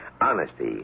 Honesty